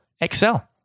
excel